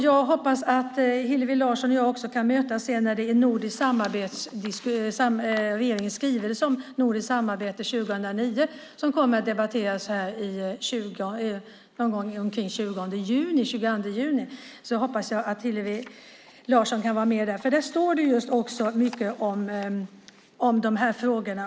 Jag hoppas att Hillevi Larsson och jag kan mötas senare i samband med att regeringens skrivelse om nordiskt samarbete 2009 ska debatteras omkring den 20 eller 22 juni. Där står det mycket om dessa viktiga frågor.